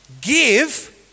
give